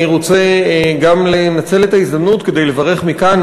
אני רוצה גם לנצל את ההזדמנות כדי לברך מכאן,